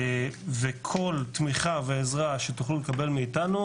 וכל תמיכה ועזרה שתוכלו לקבל מאתנו,